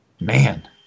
Man